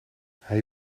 hij